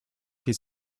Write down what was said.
his